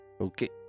Okay